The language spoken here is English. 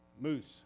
moose